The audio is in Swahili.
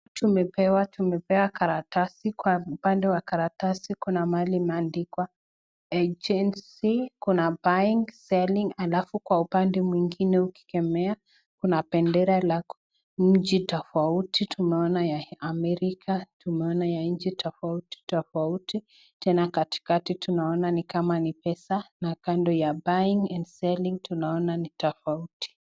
Tumepewa karatasi kwa upande wa karatasi kuna mahali imeandikwa agency kuna buying, selling alafu upande kuna upande mwingine ukikemea kuna bandera la nchi tofauti tunaona ya Amerika, tunaona ya nchi tofauti tena katikati tunaona nikama ni pesa na kando ya buying and selling tunaona ni tofauti.